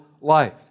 life